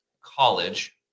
college